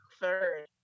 third